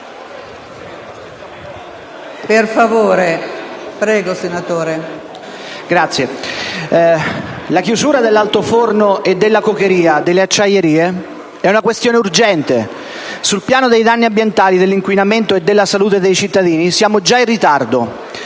«la chiusura dell'altoforno e della cokeria delle acciaierie è una questione urgente. Sul piano dei danni ambientali, dell'inquinamento e della salute dei cittadini siamo già in ritardo»: